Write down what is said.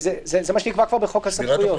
זה מה שנקבע כבר בחוק הסמכויות.